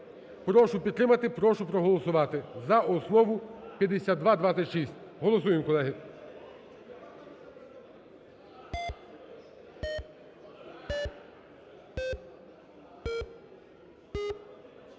Прошу підтримати, прошу проголосувати за основу 5226. Голосуємо, колеги.